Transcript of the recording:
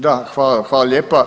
Da, hvala lijepa.